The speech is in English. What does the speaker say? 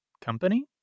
company